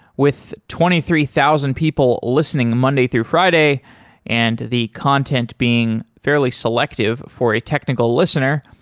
with twenty three thousand people listening monday through friday and the content being fairly selective for a technical listener,